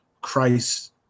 Christ